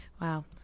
wow